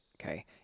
okay